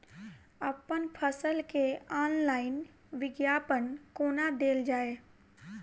अप्पन फसल केँ ऑनलाइन विज्ञापन कोना देल जाए?